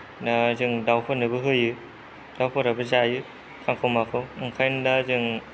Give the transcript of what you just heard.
दा जों दाउफोरनोबो होयो दाउफोराबो जायो खांखमाखौ ओंखायनो दा जों